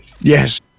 Yes